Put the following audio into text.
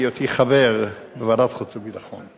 מהיותי חבר בוועדת חוץ וביטחון.